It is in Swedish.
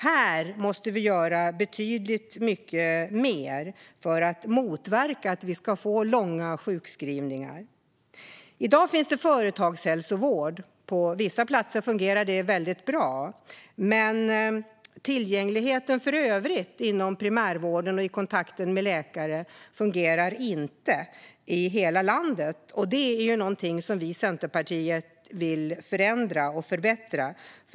Här måste vi göra betydligt mer för att motverka att vi får långa sjukskrivningar. I dag finns företagshälsovård. På vissa platser fungerar det väldigt bra, men tillgängligheten för övrigt inom primärvården och i kontakten med läkare fungerar inte i hela landet. Det är något som vi i Centerpartiet vill förändra och förbättra.